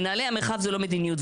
מנהלי המרחב זו לא מדיניות.